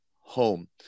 home